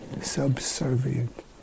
subservient